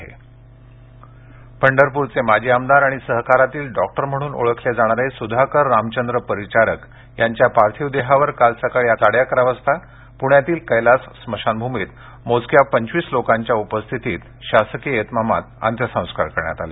परिचारक पंढरपूरचे माजी आमदार आणि सहकारातील डॉक्टर म्हणून ओळखले जाणारे सुधाकर रामचंद्र परिचारक यांच्या पार्थिव देहावर काल सकाळी साडेअकरा वाजता पुण्यातील कैलास स्मशानभूमीत मोजक्या पंचवीस लोकांच्या उपस्थितीत शासकीय इतमामात अंत्यसंस्कार करण्यात आले